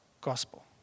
gospel